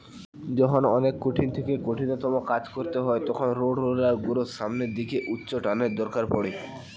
যখন অনেক কঠিন থেকে কঠিনতম কাজ করতে হয় তখন রোডরোলার গুলোর সামনের দিকে উচ্চটানের দরকার পড়ে